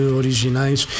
originais